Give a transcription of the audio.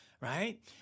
right